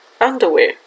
Underwear